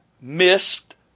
missed